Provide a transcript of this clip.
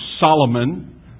Solomon